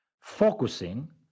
focusing